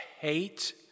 hate